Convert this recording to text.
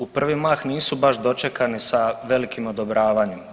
U prvi mah nisu baš dočekani sa velikim odobravanjem.